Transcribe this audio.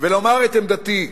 ולומר את עמדתי.